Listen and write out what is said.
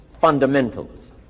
fundamentals